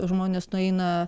žmonės nueina